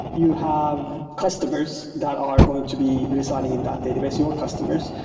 you have customers that are going to be residing in that database, your customers.